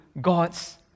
God's